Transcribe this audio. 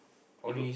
eh bro